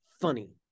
funny